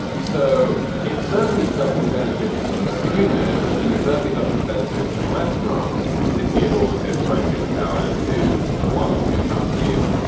so it certainly doesn't benefit consumers and it certainly doesn't benefit restaurants to give all of this pricing power to one or two companies.